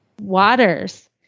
waters